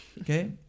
okay